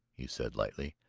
he said lightly,